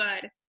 good